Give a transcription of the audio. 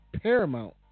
paramount